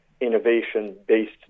innovation-based